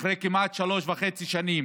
אחרי כמעט שלוש שנים